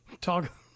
Talk